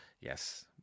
Yes